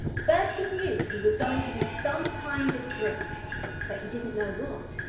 bertie knew he was going to be some kind of drink, but he didn't know